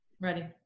ready